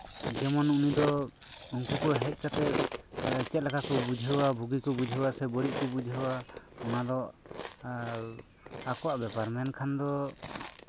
ᱡᱮᱢᱚᱱ ᱩᱱᱤ ᱫᱚ ᱩᱱᱠᱩ ᱠᱩ ᱦᱮᱡ ᱠᱟᱛᱮ ᱪᱮᱫ ᱞᱮᱠᱟ ᱠᱚ ᱵᱩᱡᱷᱟᱹᱣᱟ ᱵᱩᱜᱤ ᱠᱩ ᱵᱩᱡᱷᱟᱹᱣᱟ ᱥᱮ ᱵᱟᱹᱲᱤᱡ ᱠᱩ ᱵᱩᱡᱷᱟᱹᱣᱟ ᱚᱱᱟ ᱫᱚ ᱟᱠᱚᱣᱟᱜ ᱵᱮᱯᱟᱨ ᱢᱮᱱᱠᱷᱟᱱ ᱫᱚ